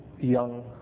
young